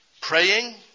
praying